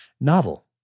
novel